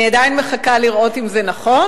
אני עדיין מחכה לראות אם זה נכון,